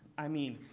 i mean,